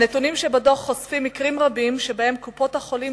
הנתונים שבדוח חושפים מקרים רבים שבהם קופות-החולים